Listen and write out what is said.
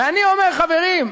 ואני אומר: חברים,